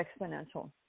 exponential